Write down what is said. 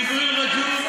ג'בריל רג'וב,